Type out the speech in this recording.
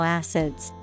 acids